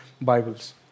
Bibles